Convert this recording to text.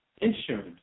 insurance